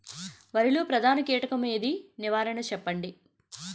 వరిలో ప్రధాన కీటకం ఏది? నివారణ చెప్పండి?